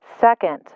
Second